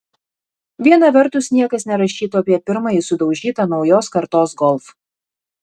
viena vertus niekas nerašytų apie pirmąjį sudaužytą naujos kartos golf